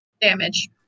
damage